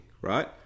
right